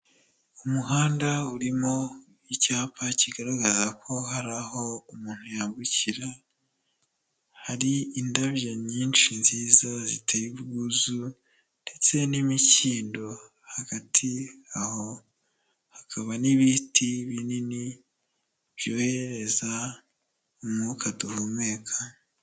Umuhanda urimo icyapa kigaragaza ko hari aho umuntu yambukira, hari indabyo nyinshi nziza ziteye ubwuzu ndetse n'imikindo hagati aho, hakaba n'ibiti binini byoherereza umwuka duhumeka.